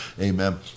Amen